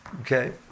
Okay